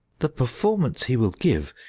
the performance he will give,